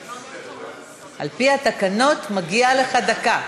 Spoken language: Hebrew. על-פי התקנון מגיעה לך דקה.